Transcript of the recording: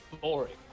boring